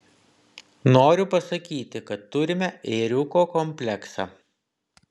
noriu pasakyti kad turime ėriuko kompleksą